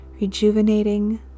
rejuvenating